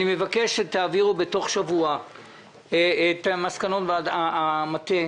אני מבקש שתעבירו בתוך שבוע את מסקנות המטה,